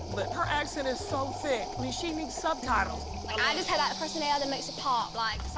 but her accent is so thick. i mean, she needs subtitles. i just have that personality that makes a pop. like,